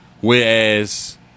Whereas